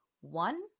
one